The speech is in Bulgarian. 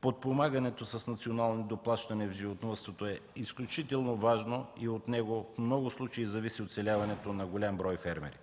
Подпомагането с национално доплащане в животновъдството е изключително важно и от него в много случаи зависи оцеляването на голям брой фермери.